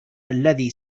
الذي